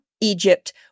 Egypt